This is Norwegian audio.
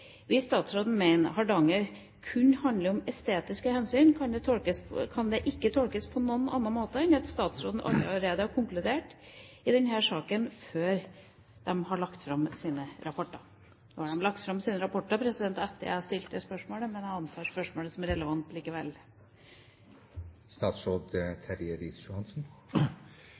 Hvis statsråden mener Hardanger kun handler om estetiske hensyn, kan dette tolkes på noen annen måte enn at statsråden allerede har konkludert i denne saken før utvalgene i det hele tatt har lagt frem sine rapporter?» Nå har de lagt fram sine rapporter etter at jeg stilte dette spørsmålet, men jeg antar at spørsmålet er relevant likevel.